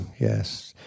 Yes